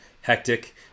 hectic